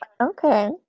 okay